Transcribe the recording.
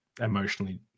emotionally